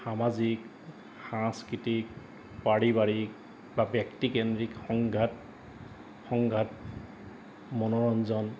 সামাজিক সাংস্কৃতিক পাৰিবাৰিক বা ব্যক্তিকেন্দ্ৰিক সংঘাত সংঘাত মনোৰঞ্জন